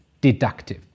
Deductive